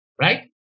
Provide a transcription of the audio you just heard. Right